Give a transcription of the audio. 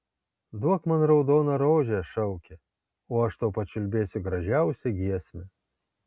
duok man raudoną rožę šaukė o aš tau pačiulbėsiu gražiausią giesmę